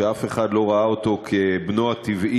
אף אחד לא ראה אותו כבנו הטבעי,